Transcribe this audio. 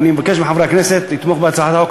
ואני מבקש מחברי הכנסת לתמוך בהצעת החוק